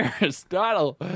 Aristotle